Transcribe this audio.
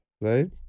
Right